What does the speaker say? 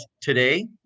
today